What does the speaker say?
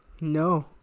no